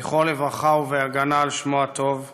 זיכרונו לברכה, ובהגנה על שמו הטוב.